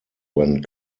when